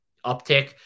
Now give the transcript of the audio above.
uptick